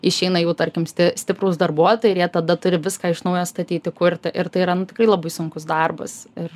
išeina jų tarkim sti stiprūs darbuotojai ir jie tada turi viską iš naujo statyti kurti ir tai yra tikrai labai sunkus darbas ir